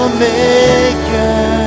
maker